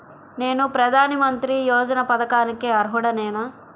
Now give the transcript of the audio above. నేను ప్రధాని మంత్రి యోజన పథకానికి అర్హుడ నేన?